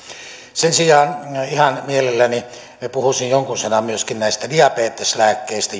sen sijaan ihan mielelläni puhuisin jonkun sanan myöskin näistä diabeteslääkkeistä